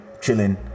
chilling